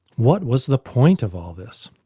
what was the point of all this?